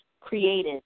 created